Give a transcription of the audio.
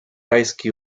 rajski